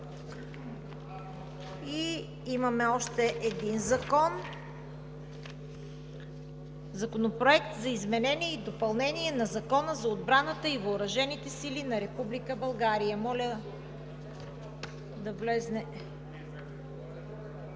Имаме още един – Законопроект за изменение и допълнение на Закона за отбраната и въоръжените сили на Република България. Моля експертът